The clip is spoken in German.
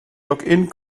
login